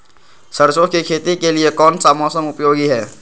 सरसो की खेती के लिए कौन सा मौसम उपयोगी है?